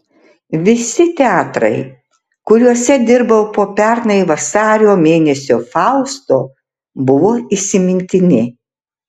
visi teatrai kuriuose dirbau po pernai vasario mėnesio fausto buvo įsimintini